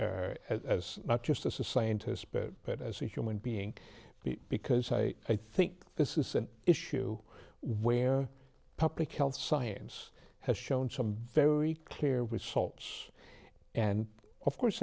here as not just as a scientist but as a human being because i i think this is an issue where public health science has shown some very clear with salts and of course